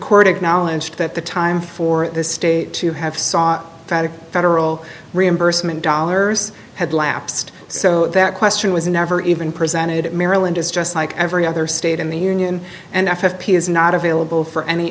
court acknowledged that the time for the state to have sought federal reimbursement dollars had lapsed so that question was never even presented maryland is just like every other state in the union and f p is not available for any